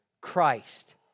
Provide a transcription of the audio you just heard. Christ